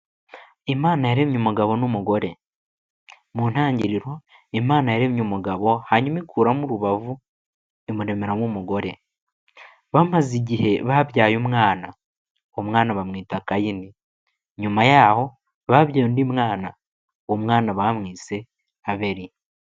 Imana yaremye umugabo n'umugore. Mu ntangiriro Imana yaremye umugabo, hanyuma ikuramo urubavu imuremeramo umugore. Bamaze igihe babyaye umwana, umwana bamwita Kayini, nyuma yaho babyaye undi mwana, uwo mwana bamwise Abeli.